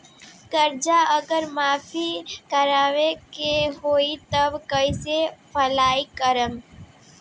कर्जा अगर माफी करवावे के होई तब कैसे अप्लाई करम?